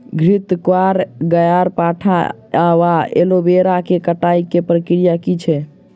घृतक्वाइर, ग्यारपाठा वा एलोवेरा केँ कटाई केँ की प्रक्रिया छैक?